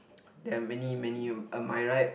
there are many many a myriad